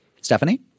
Stephanie